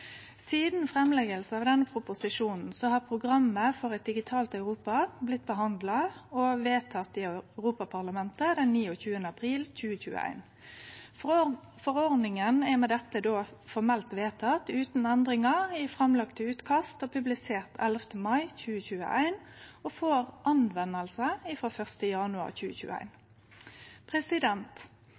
proposisjonen blei lagd fram, har Programmet for eit digitalt Europa blitt behandla og vedteke i Europaparlamentet den 29. april 2021. Forordninga er med dette også formelt vedteken utan endringar i det framlagte utkastet og publisert 11. mai 2021, og tek til å gjelde frå 1. januar